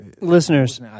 Listeners